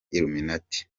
illuminati